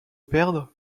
perdre